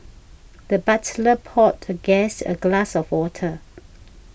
the butler poured the guest a glass of water